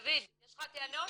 דוד, יש לך טענות?